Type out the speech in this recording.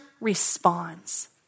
responds